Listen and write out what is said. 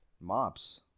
Mops